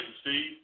Steve